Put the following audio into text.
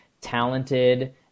talented